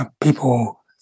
people